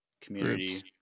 Community